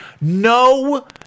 No